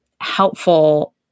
helpful